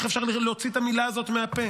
איך אפשר להוציא את המילה הזאת מהפה?